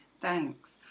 thanks